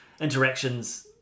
interactions